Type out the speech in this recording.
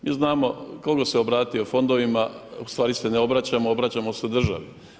Mi znamo tko god se obratio fondovima, ustvari se ne obraćamo, obraćamo se državi.